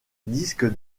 disque